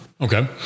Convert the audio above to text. Okay